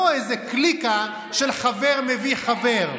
לא איזו קליקה של חבר מביא חבר,